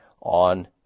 on